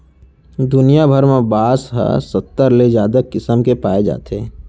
दुनिया भर म बांस ह सत्तर ले जादा किसम के पाए जाथे